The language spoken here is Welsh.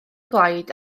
blaid